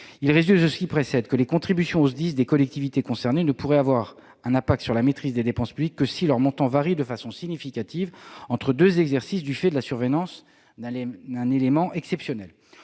Il résulte de ce qui précède que les contributions au SDIS des collectivités concernées ne pourraient avoir un impact sur la maîtrise des dépenses publiques que si leurs montants varient de façon significative entre deux exercices du fait de la survenance d'un élément exceptionnel.